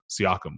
Siakam